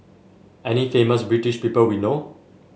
any famous British people we know